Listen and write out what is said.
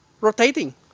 rotating